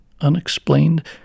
unexplained